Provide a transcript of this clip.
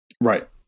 right